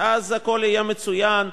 ואז הכול יהיה מצוין,